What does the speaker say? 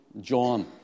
John